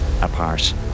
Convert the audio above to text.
apart